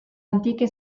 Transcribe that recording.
antiche